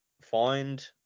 find